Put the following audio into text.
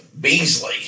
Beasley